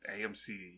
AMC